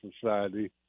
society